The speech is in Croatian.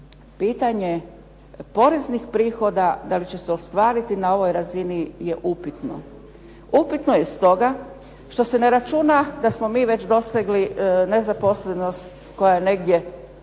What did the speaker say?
pitanje poreznih prihoda da li će se ostvariti na ovoj razini je upitno. Upitno je stoga što se ne računa da smo mi već dosegli nezaposlenost koja je negdje možda zadnji